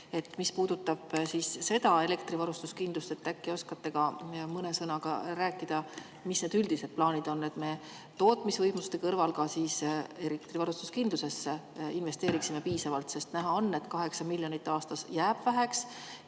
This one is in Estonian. Mis puudutab elektrivarustuskindlust, siis äkki oskate mõne sõnaga rääkida, mis need üldised plaanid on. Me tootmisvõimsuste kõrval [peaksime] ka elektrivarustuskindlusesse investeerima piisavalt, sest näha on, et 8 miljonist aastas jääb väheks.